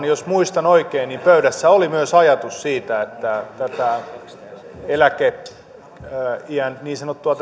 jos muistan oikein pöydässä oli myös ajatus siitä että tätä niin sanottua